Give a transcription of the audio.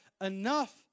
enough